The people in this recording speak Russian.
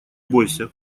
бойся